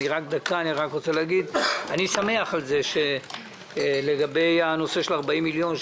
אני שמח על כך שלגבי הנושא של ה-40 מיליון,